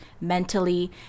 mentally